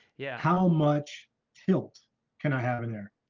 yeah, how much tilt can i have in there?